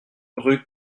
rue